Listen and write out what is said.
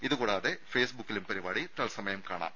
ഇതുകൂടാതെ ഫെയ്സ്ബുക്കിലും പരിപാടി തൽസമയം കാണാം